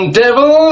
devil